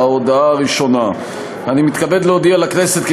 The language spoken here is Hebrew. ההודעה הראשונה: אני מתכבד להודיע לכנסת, כי